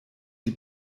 die